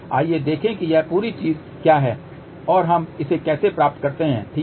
आइए देखें कि यह पूरी चीज क्या है और हम इसे कैसे करते हैं ठीक है